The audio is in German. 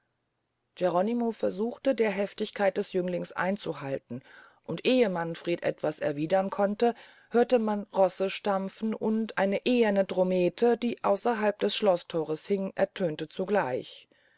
geronimo versuchte der heftigkeit des jünglings einzuhalten und ehe manfred etwas erwiedern konnte hörte man rosse stampfen und eine eherne drommete die ausserhalb des schloßthores hing ertönte zugleich